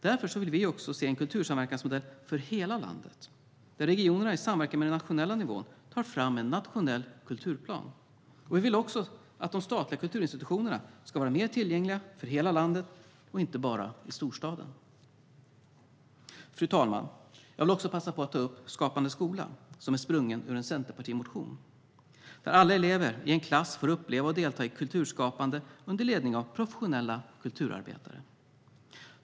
Därför vill vi också se en kultursamverkansmodell för hela landet där regionerna i samverkan med den nationella nivån tar fram en nationell kulturplan. Och vi vill också att de statliga kulturinstitutionerna ska vara mer tillgängliga för hela landet, och inte bara i storstaden. Fru talman! Jag vill också passa på att ta upp Skapande skola, som är sprunget ur en Centerpartimotion, där alla elever i en klass får uppleva och delta i kulturskapande under ledning av professionella kulturarbetare.